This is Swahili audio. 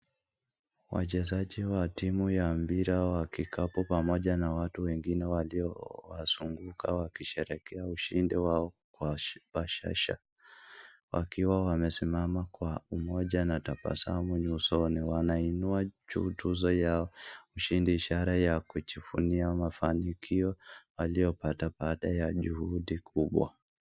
Wachezaji wa timu ya mpira wa kikapu pamoja na watu wengine waliowazunguka wakisherehekea ushindi wao kwa bashasha. Wakiwa wamesimama kwa umoja na tabasamu nyusoni, wanainua juu tuzo yao ushindi ishara ya kujivunia mafanikio waliyopata baada ya juhudi kubwa.